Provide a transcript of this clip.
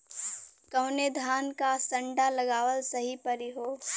कवने धान क संन्डा लगावल सही परी हो?